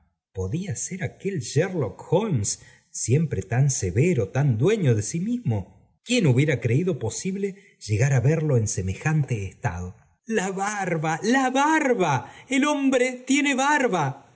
podía ser aquel sherlock holmes siempre tan severo neriook holmes siemhubiera oreído posible llegar á verlo en semejante l a barba í la barba í el hombre tiene barba